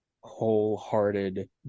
Wholehearted